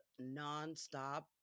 nonstop